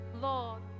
Lord